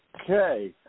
Okay